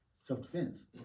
self-defense